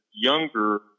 younger